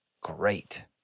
great